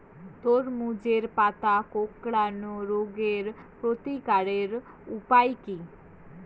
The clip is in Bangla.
তরমুজের পাতা কোঁকড়ানো রোগের প্রতিকারের উপায় কী?